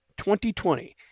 2020